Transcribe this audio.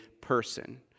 person